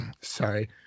sorry